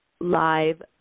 live